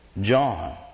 John